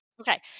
Okay